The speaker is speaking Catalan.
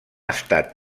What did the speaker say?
estat